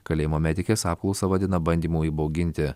kalėjimo medikės apklausą vadina bandymu įbauginti